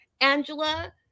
angela